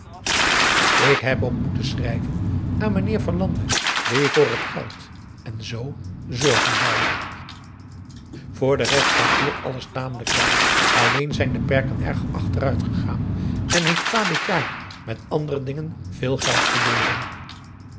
ik heb ook moeten schrijven aan mijnheer verlande die voor het geld en zoo zorgen zal voor de rest gaat hier alles tamelijk wel alleen zijn de perken erg achteruit gegaan en heeft pa dit jaar met andere dingen veel geld verloren